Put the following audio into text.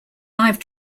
live